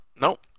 Nope